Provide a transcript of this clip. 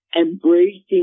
embracing